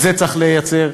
את זה צריך לייצר,